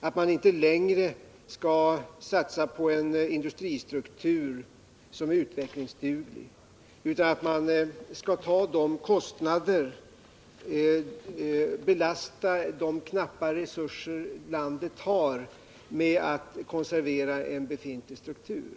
Vi skall inte längre satsa på en industristruktur som är utvecklingsduglig, utan vi skall belasta de knappa resurser landet har med att konservera en befintlig struktur.